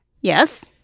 Yes